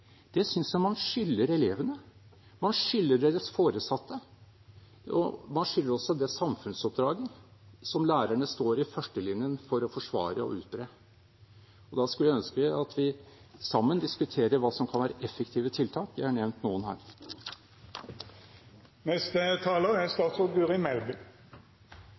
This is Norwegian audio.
Det synes jeg man skylder elevene. Man skylder deres foresatte det. Man skylder det også til det samfunnsoppdraget lærerne står i førstelinjen for å forsvare og utbre. Da skulle jeg ønske at vi sammen diskuterer hva som kan være effektive tiltak. Jeg har nevnt noen her.